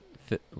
fit